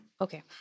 Okay